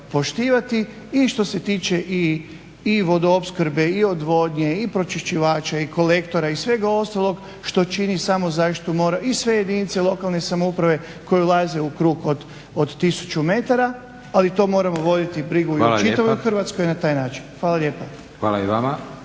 i što se tiče i vodoopskrbe i odvodnje, i pročišćivača i kolektora i svega ostalog što čini samo zaštitu mora i sve jedinice lokalne samouprave koje ulaze u krug od tisuću metara, ali to vodimo voditi brigu u čitavoj Hrvatskoj na taj način. Hvala lijepa.